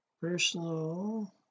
personal